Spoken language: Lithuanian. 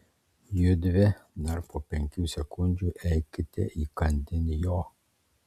judvi dar po penkių sekundžių eikite įkandin jo